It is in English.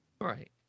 Right